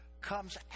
comes